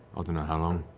don't know how long.